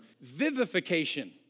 vivification